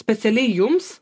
specialiai jums